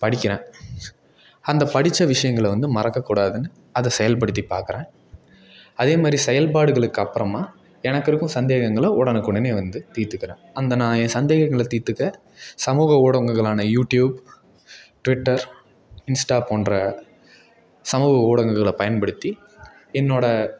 படிக்கிறேன் அந்த படித்த விஷயங்கள வந்து மறக்க கூடாதுன்னு அதை செயல்படுத்தி பார்க்கறேன் அதேமாதிரி செயல்பாடுகளுக்கப்புறமா எனக்கு இருக்கும் சந்தேகங்களை உடனுக்கொடனே வந்து தீர்த்துக்கறேன் அந்த நான் என் சந்தேகங்களை தீர்த்துக்க சமூக ஊடங்கங்களான யூடியூப் ட்விட்டர் இன்ஸ்டா போன்ற சமூக ஊடகங்களை பயன்படுத்தி என்னோடய